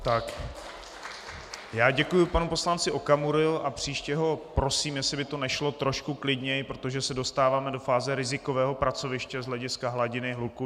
Tak, já děkuji panu poslanci Okamurovi a příště ho prosím, jestli by to nešlo trošku klidněji, protože se dostáváme do fáze rizikového pracoviště z hlediska hladiny hluku.